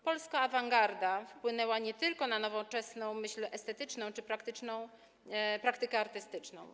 Polska awangarda wpłynęła nie tylko na nowoczesną myśl estetyczną czy praktykę artystyczną.